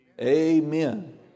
Amen